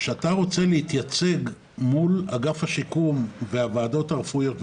כשאתה רוצה להתייצג מול אגף השיקום והוועדות הרפואיות,